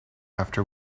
after